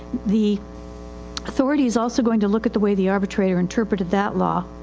the authority is also going to look at the way the arbitrator interpreted that law.